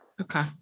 Okay